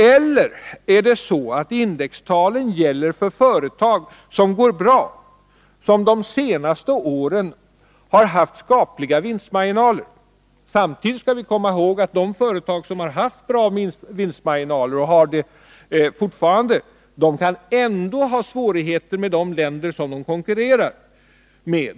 Eller är det så att indextalen gäller för företag som går bra och som under de senaste åren haft skapliga vinstmarginaler? Samtidigt skall vi komma ihåg att företag som har haft bra vinstmarginaler och fortfarande har det ändå kan ha svårigheter med de länder som de konkurrerar med.